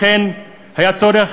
לכן היה צורך,